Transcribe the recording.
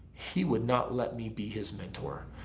he would not let me be his mentor.